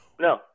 no